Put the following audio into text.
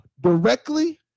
directly